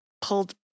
pulled